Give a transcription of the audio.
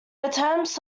attempts